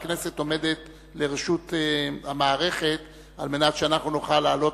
הכנסת עומדת לרשות המערכת על מנת שאנחנו נוכל להעלות